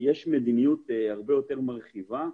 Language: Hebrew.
יש מדיניות הרבה יותר מרחיבה.